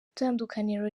itandukaniro